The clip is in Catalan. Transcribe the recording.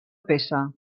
peça